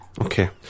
Okay